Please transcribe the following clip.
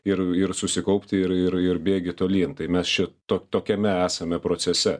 ir ir susikaupti ir ir bėgi tolyn tai mes ši to tokiame esame procese